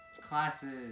classes